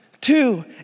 two